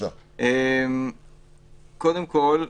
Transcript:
קודם כל,